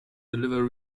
deliver